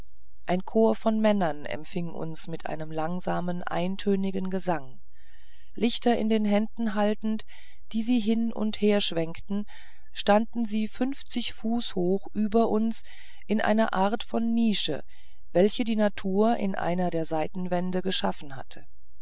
ein chor von männern empfing uns mit einem langsamen eintönigen gesang lichter in den händen haltend die sie hin und her schwenkten standen sie fünfzig fuß hoch über uns in einer art von nische welche die natur in einer der seitenwände geschaffen hatte